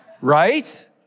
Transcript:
right